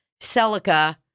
Celica